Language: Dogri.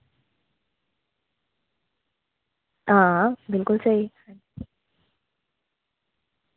आं बिल्कुल स्हेई